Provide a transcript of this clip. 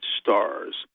stars